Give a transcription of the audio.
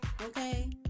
Okay